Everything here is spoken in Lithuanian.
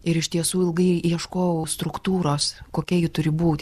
ir iš tiesų ilgai ieškojau struktūros kokia ji turi būti